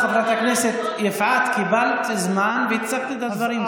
חברת הכנסת יפעת, קיבלת זמן והצגת את הדברים.